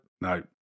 no